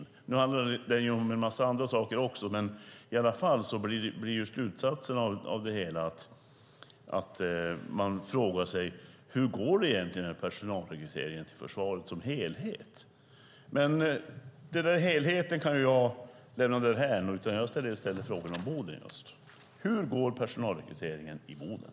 Den handlar om en massa andra saker också, men slutsatsen blir ändå att man frågar hur det egentligen går med personalrekrytering till försvaret som helhet. Jag lämnar helheten därhän och frågar i stället om Boden. Hur går personalrekryteringen i Boden?